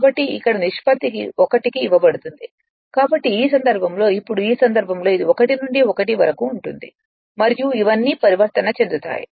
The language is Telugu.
కాబట్టి ఇక్కడ నిష్పత్తి కు 1 కి ఇవ్వబడుతుంది కాబట్టి ఈ సందర్భంలో ఇప్పుడు ఈ సందర్భంలో ఇది 1 నుండి 1 వరకు ఉంటుంది మరియు ఇవన్నీ పరివర్తన చెందుతాయి